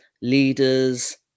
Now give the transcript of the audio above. leaders